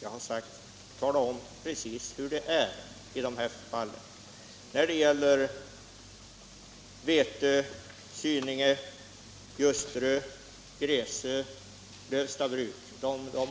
Jag har talat om precis hur det är för de orter som jag nämnt: Vätö, Syninge, Ljusterö, Gräsö, Lövstabruk. Detta